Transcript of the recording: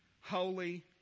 Holy